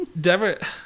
Deborah